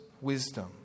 wisdom